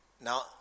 now